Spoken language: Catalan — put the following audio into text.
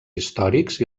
històrics